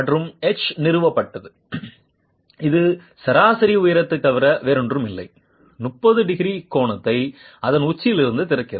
மற்றும் எச் நிறுவப்பட்டது இது சராசரி உயரத்தைத் தவிர வேறு ஒன்றும் இல்லை 30 டிகிரி கோணத்தை அதன் உச்சியிலிருந்து திறக்கிறது